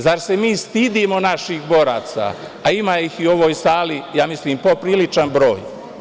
Zar se mi stidimo naših boraca, a ima ih u ovoj sali, ja mislim popriličan broj.